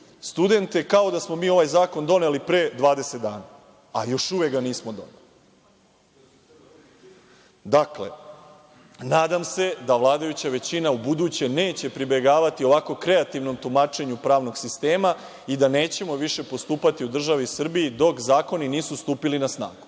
studente kao da smo mi ovaj zakon doneli pre 20 dana, a još uvek ga nismo doneli. Dakle, nadam se da vladajuća većina ubuduće neće pribegavati ovako kreativnom tumačenju pravnog sistema i da nećemo više postupati u državi Srbiji dok zakoni nisu stupili na snagu,